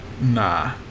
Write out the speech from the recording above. Nah